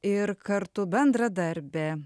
ir kartu bendradarbė